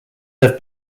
have